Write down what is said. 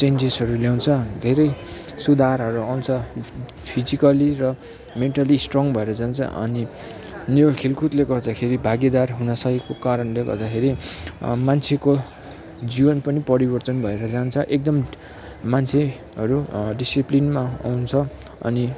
चेन्जेसहरू ल्याउँछ धेरै सुधारहरू आउँछ फिजिकल्ली र मेन्टल्ली स्ट्रङ भएर जान्छ अनि यो खेलकुदले गर्दाखेरि भागिदार हुन सकेको कारणले गर्दाखेरि मान्छेको जीवन पनि परिवर्तन भएर जान्छ एकदम मान्छेहरू डिसिप्लिनमा आउँछ अनि